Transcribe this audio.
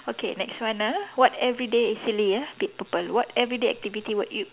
okay next one ah what everyday is silly ah purple what everyday activity would you